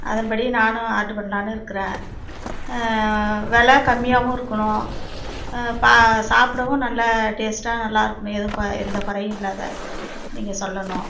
அதன்படி நானும் ஆர்ட்ரு பண்லாம்னு இருக்கிறேன் வெலை கம்மியாகவும் இருக்கணும் சாப்பிடவும் நல்லா டேஸ்ட்டாக நல்லாயிருக்கணும் எதுவும் எந்த குறையும் இல்லாம நீங்கள் சொல்லணும்